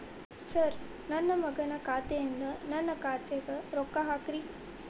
sir ನನ್ನ ಮಗನ ಖಾತೆ ಯಿಂದ ನನ್ನ ಖಾತೆಗ ರೊಕ್ಕಾ ಹಾಕ್ರಿ